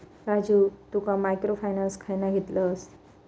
राजू तु ह्या micro finance खयना घेतलस?